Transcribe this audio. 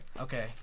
Okay